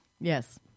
Yes